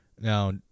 Now